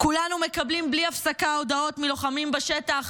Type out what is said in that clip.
כולנו מקבלים בלי הפסקה הודעות מלוחמים בשטח,